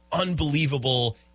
unbelievable